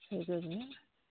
হেৰি কৰিপিনি